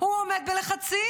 הוא עומד בלחצים,